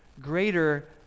greater